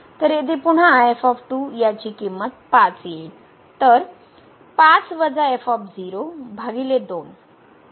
तर येथे पुन्हा याची किंमत 5 येईल